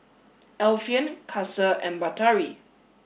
Alfian Kasih and Batari